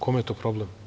Kome je to problem?